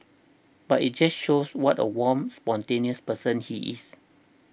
but it just shows what a warm spontaneous person he is